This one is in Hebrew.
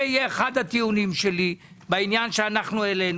זה יהיה אחד הטיעונים שלי בעניין שהעלינו.